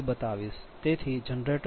38